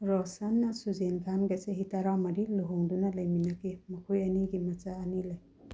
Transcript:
ꯔꯣꯁꯟꯅ ꯁꯨꯖꯦꯟꯈꯥꯟꯒ ꯆꯍꯤ ꯇꯔꯥꯃꯔꯤ ꯂꯨꯍꯣꯡꯗꯨꯅ ꯂꯩꯃꯤꯟꯅꯈꯤ ꯃꯈꯣꯏ ꯑꯅꯤꯒꯤ ꯃꯆꯥ ꯑꯅꯤ ꯂꯩ